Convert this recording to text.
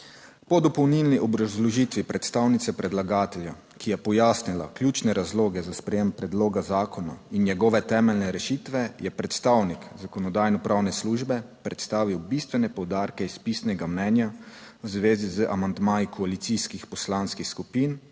Po dopolnilni obrazložitvi predstavnice predlagatelja, ki je pojasnila ključne razloge za sprejem predloga zakona in njegove temeljne rešitve, je predstavnik Zakonodajno-pravne službe predstavil bistvene poudarke iz pisnega mnenja. V zvezi z amandmaji koalicijskih poslanskih skupin